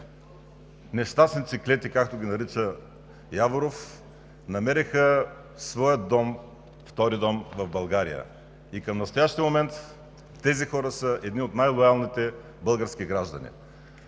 „нещастници клети“, както ги нарича Яворов, намериха своя втори дом в България. Към настоящия момент тези хора са едни от най-лоялните български граждани.